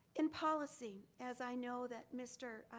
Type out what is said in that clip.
in policy, as i know that mr.